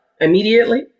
immediately